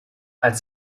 als